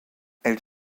elle